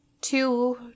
two